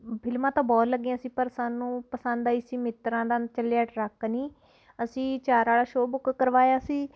ਫਿਲਮਾਂ ਤਾਂ ਬਹੁਤ ਲੱਗੀਆਂ ਸੀ ਪਰ ਸਾਨੂੰ ਪਸੰਦ ਆਈ ਸੀ ਮਿੱਤਰਾਂ ਦਾ ਚੱਲਿਆ ਟਰੱਕ ਨੀ ਅਸੀਂ ਚਾਰ ਵਾਲਾ ਸ਼ੋ ਬੁੱਕ ਕਰਵਾਇਆ ਸੀ